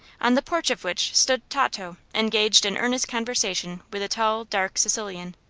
on the porch of which stood tato engaged in earnest conversation with a tall, dark sicilian.